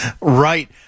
Right